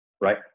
right